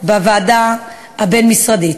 בוועדה הבין-משרדית.